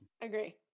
Agree